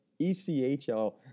ECHL